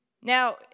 Now